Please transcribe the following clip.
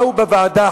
באו חברים לוועדה,